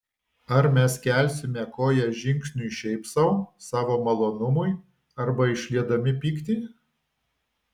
ar mes kelsime koją žingsniui šiaip sau savo malonumui arba išliedami pyktį